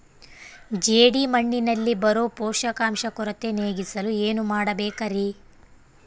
ಜೇಡಿಮಣ್ಣಿನಲ್ಲಿ ಬರೋ ಪೋಷಕಾಂಶ ಕೊರತೆ ನೇಗಿಸಲು ಏನು ಮಾಡಬೇಕರಿ?